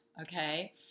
okay